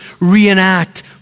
reenact